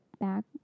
back